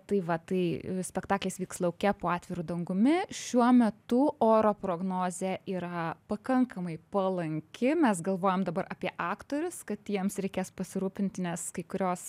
tai va tai spektaklis vyks lauke po atviru dangumi šiuo metu oro prognozė yra pakankamai palanki mes galvojam dabar apie aktorius kad jiems reikės pasirūpinti nes kai kurios